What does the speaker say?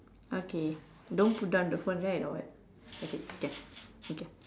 okay don't put down the phone right or what okay can okay